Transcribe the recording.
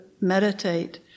meditate